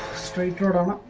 street journal